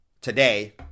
Today